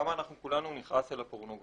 וכמה אנחנו כולנו נכעס על הפורנוגרפיה.